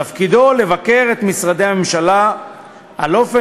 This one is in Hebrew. תפקידו לבקר את משרדי הממשלה על אופן